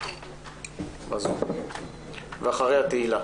אחריה תהילה